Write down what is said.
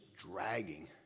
dragging